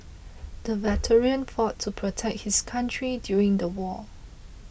the veteran fought to protect his country during the war